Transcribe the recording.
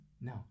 no